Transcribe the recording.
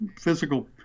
physical